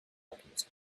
alchemist